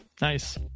Nice